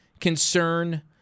concern